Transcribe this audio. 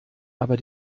aber